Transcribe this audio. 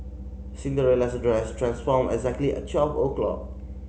Cinderella's dress transformed exactly at twelve o'clock